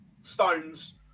stones